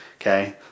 Okay